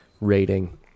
rating